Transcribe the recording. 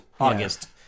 August